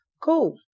Cool